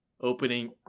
opening